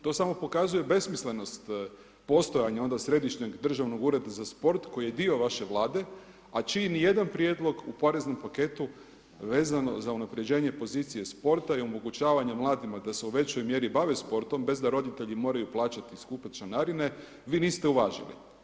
To samo pokazuje besmislenost postojanja onda Središnjeg državnog ureda za sport koji je dio vaše vlade a čiji ni jedan prijedlog u poreznom paktu vezano za unapređenje pozicija sporta i omogućavanje mladima da se u većoj mjeri bave sportom bez da roditelji moraju plaćati skupe članarine vi niste uvažili.